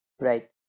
Right